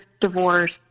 divorce